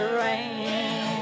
rain